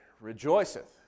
rejoiceth